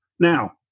Now